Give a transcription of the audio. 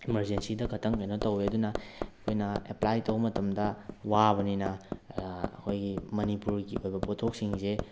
ꯏꯃꯥꯔꯖꯦꯟꯁꯤꯗ ꯈꯤꯇꯪ ꯀꯩꯅꯣ ꯇꯧꯏ ꯑꯗꯨꯅ ꯑꯩꯈꯣꯏꯅ ꯑꯦꯄ꯭ꯂꯥꯏ ꯇꯧꯕ ꯃꯇꯝꯗ ꯋꯥꯕꯅꯤꯅ ꯑꯩꯈꯣꯏꯒꯤ ꯃꯅꯤꯄꯨꯔꯒꯤ ꯑꯣꯏꯕ ꯄꯣꯠꯊꯣꯛꯁꯤꯡꯁꯦ